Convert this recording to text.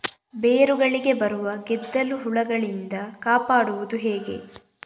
ಬೇರುಗಳಿಗೆ ಬರುವ ಗೆದ್ದಲು ಹುಳಗಳಿಂದ ಕಾಪಾಡುವುದು ಹೇಗೆ?